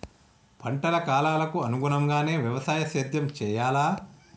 పంటల కాలాలకు అనుగుణంగానే వ్యవసాయ సేద్యం చెయ్యాలా?